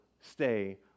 stay